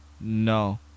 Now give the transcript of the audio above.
No